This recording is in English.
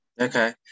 Okay